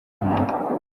muntu